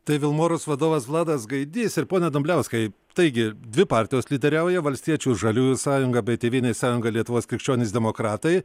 tai vilmorus vadovas vladas gaidys ir pone dumbliauskai taigi dvi partijos lyderiauja valstiečių žaliųjų sąjunga bei tėvynės sąjunga lietuvos krikščionys demokratai